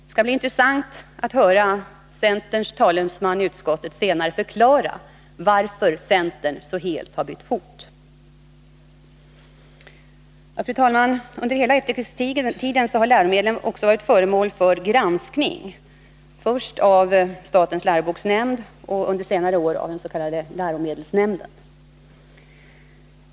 Det skall bli intressant att höra centerns talesman i utskottet förklara varför centern så helt har bytt fot. Fru talman! Under hela efterkrigstiden har läromedlen varit föremål för granskning, först av statens läroboksnämnd och under senare år av läromedelsnämnden.